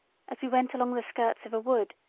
as we went along the skirts of a wood,